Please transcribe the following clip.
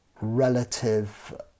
relative